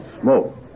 smoke